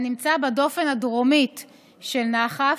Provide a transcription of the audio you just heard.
הנמצא בדופן הדרומית של נחף.